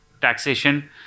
taxation